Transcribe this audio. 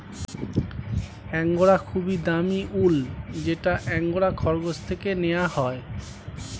angora খুবই দামি উল যেটা অ্যাঙ্গোরা খরগোশ থেকে নেওয়া হয়